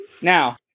Now